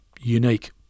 unique